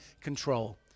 control